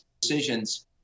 decisions